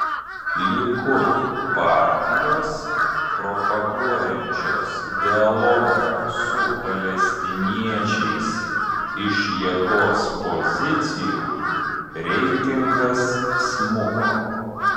likud partijos propaguojančios dialogą su palestiniečiais iš jėgos pozicijų reitingas smuko